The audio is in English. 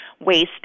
waste